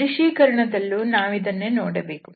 ದೃಶ್ಯೀಕರಣದಲ್ಲೂ ನಾವಿದನ್ನೇ ನೋಡಬೇಕು